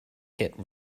hit